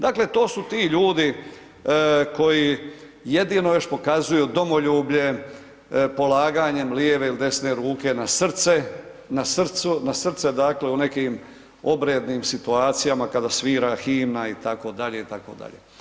Dakle, to su ti ljudi koji jedino još pokazuju domoljublje polaganjem lijeve ili desne ruke na srce, na srce dakle u nekim obrednim situacijama kada svira himna itd., itd.